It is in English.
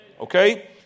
Okay